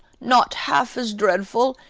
not half as dreadful,